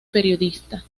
periodista